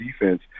defense